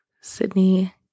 Sydney